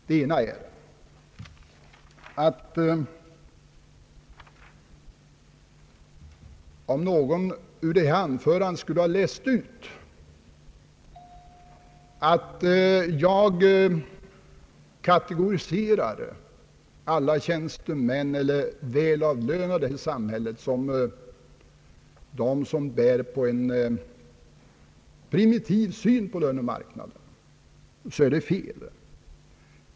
Det ena är att om någon ur detta anförande skulle ha läst ut att jag anser att alla tjänstemän eller välavlönade i samhället bär på en primitiv syn på lönemarknaden är det fel.